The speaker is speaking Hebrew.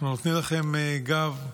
אנחנו נותנים לכם גב.